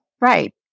right